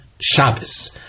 Shabbos